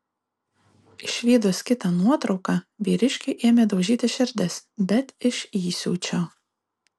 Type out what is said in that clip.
išvydus kitą nuotrauką vyriškiui ėmė daužytis širdis bet iš įsiūčio